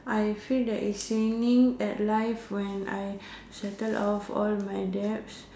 I feel that it's winning at life when I settle off all my debts